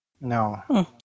no